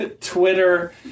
Twitter